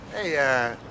Hey